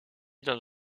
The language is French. dans